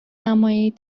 نمایید